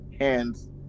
hands